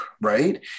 right